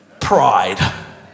pride